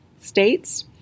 States